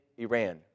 Iran